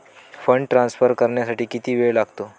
Fund transfer करण्यासाठी किती वेळ लागतो?